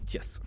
Yes